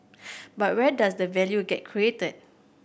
but where does the value get created